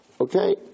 Okay